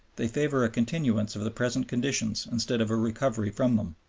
they favor a continuance of the present conditions instead of a recovery from them.